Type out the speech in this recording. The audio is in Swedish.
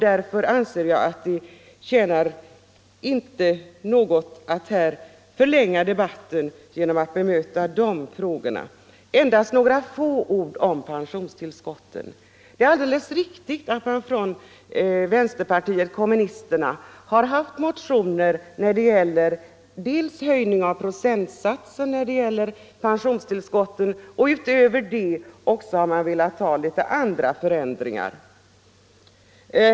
Därför anser jag att det inte tjänar något till att förlänga debatten genom att nu bemöta hans inlägg i de frågorna. Jag vill endast säga några få ord om pensionstillskotten. Det är alldeles riktigt att man från vänsterpartiet kommunisterna har haft motioner om höjning av procentsatsen när det gäller pensionstillskotten; därutöver har kommunisterna också velat ha andra förändringar.